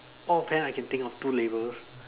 off hand I can think of two labels